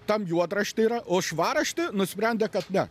tam juodrašty yra o švarrašty nusprendė kad ne